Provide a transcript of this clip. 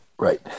Right